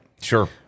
Sure